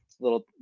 little